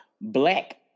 Black